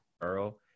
Earl